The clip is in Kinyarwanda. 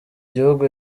gihugu